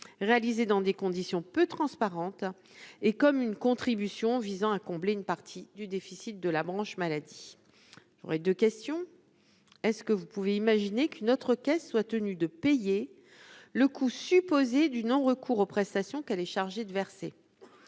réalisée dans des conditions peu transparente et comme une contribution visant à combler une partie du déficit de la branche maladie, j'aurais 2 questions est-ce que vous pouvez imaginer qu'une autre caisse soient tenus de payer le coût supposé du non-recours aux prestations qu'elle est chargée de verser